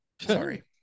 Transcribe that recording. sorry